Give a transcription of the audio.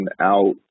out